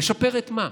נשפר את מה,